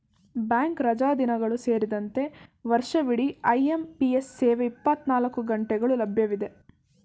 bank ರಜಾದಿನಗಳು ಸೇರಿದಂತೆ ವರ್ಷವಿಡಿ ಐ.ಎಂ.ಪಿ.ಎಸ್ ಸೇವೆ ಇಪ್ಪತ್ತನಾಲ್ಕು ಗಂಟೆಗಳು ಲಭ್ಯವಿದೆ